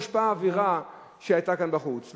מושפע מהאווירה שהיתה כאן בחוץ.